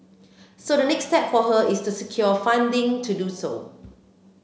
so the next step for her is to secure funding to do so